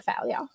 failure